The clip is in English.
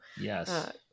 yes